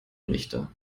richter